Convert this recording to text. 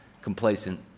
complacent